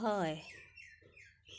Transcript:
হয়